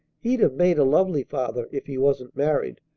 he'd have made a lovely father if he wasn't married,